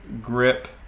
grip